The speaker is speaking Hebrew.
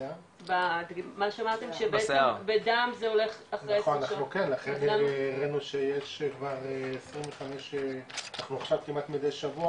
מה שאמרתם בדם זה הולך אחרי --- הראינו שיש כבר 25 כמעט מדי שבוע,